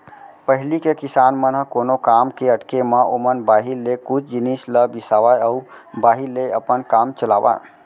पहिली के किसान मन ह कोनो काम के अटके म ओमन बाहिर ले कुछ जिनिस ल बिसावय अउ बाहिर ले अपन काम चलावयँ